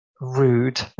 rude